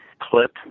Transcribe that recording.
clip